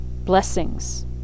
blessings